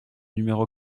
numéro